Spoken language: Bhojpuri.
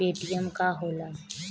पेटीएम का होखेला?